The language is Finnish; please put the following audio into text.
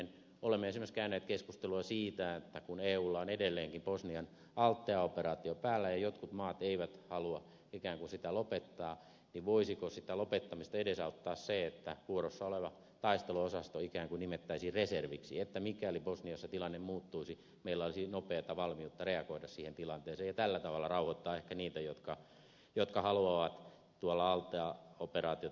olemme esimerkiksi käyneet keskustelua siitä kun eulla on edelleenkin bosnian althea operaatio päällä ja jotkut maat eivät halua ikään kuin sitä lopettaa voisiko sitä lopettamista edesauttaa se että vuorossa oleva taisteluosasto ikään kuin nimettäisiin reserviksi että mikäli bosniassa tilanne muuttuisi meillä olisi nopeata valmiutta reagoida siihen tilanteeseen ja tällä tavalla rauhoittaa ehkä niitä jotka haluavat althea operaatiota edelleenkin jatkaa